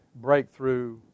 breakthrough